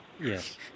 Yes